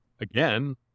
again